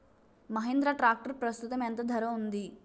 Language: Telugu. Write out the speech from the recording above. మహీంద్రా ట్రాక్టర్ ప్రస్తుతం ఎంత ధర ఉంది?